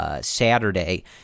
Saturday